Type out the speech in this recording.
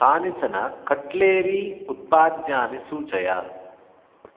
कानिचन कट्लेरी उत्पाद्यानि सूचय